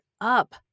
up